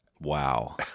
Wow